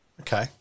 Okay